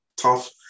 tough